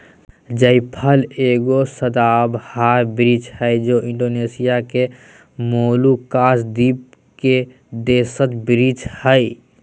जायफल एगो सदाबहार वृक्ष हइ जे इण्डोनेशिया के मोलुकास द्वीप के देशज वृक्ष हइ